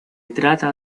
trata